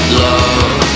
love